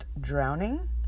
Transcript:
drowning